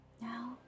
Now